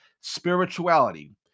spirituality